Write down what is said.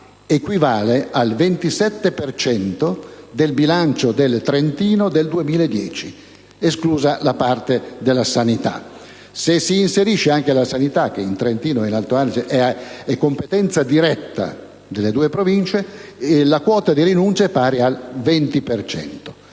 equivale al 27 per cento del bilancio del Trentino del 2010, esclusa la parte riguardante la sanità; se si inserisce poi anche la sanità, che in Trentino e in Alto Adige è competenza diretta delle due Province autonome, la quota di rinuncia è pari al 20